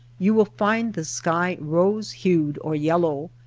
you will find the sky rose-hued or yellow,